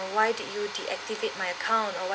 why did you deactivate my account or